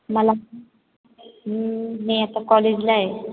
मला मी आता कॉलेजला आहे